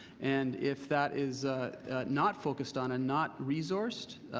and if that is not focused on and not resourced,